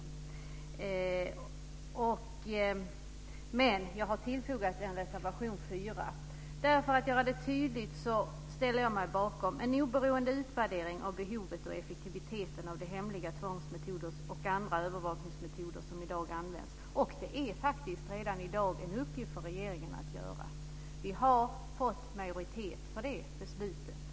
Jag har dock tillfogat en reservation, nr 5. För att göra det tydligt ställer jag mig bakom en oberoende utvärdering av behovet och effektiviteten av de hemliga tvångsmedel och andra övervakningsmetoder som i dag används. Detta är faktiskt redan i dag en uppgift för regeringen. Vi har fått majoritet för det beslutet.